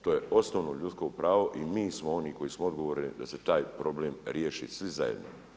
To je osnovno ljudsko pravo i mi smo oni koji smo odgovorni za taj problem riješi svi zajedno.